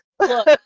Look